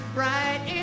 bright